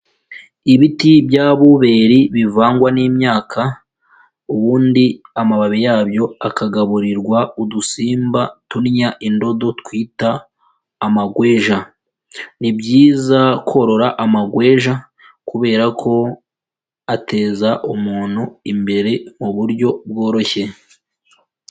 Ibiti bya buberi bivangwa n'imyaka, ubundi amababi yabyo akagaburirwa udusimba tunnya indodo twita amagweja. Ni byiza korora amagweja kubera ko ateza umuntu imbere mu buryo bworoshye.